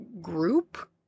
group